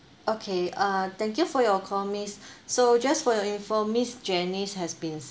okay uh thank you for your call miss so just for your info miss janice has been